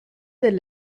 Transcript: del